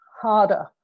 harder